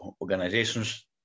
organizations